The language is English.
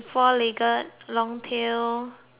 long tail it attack pe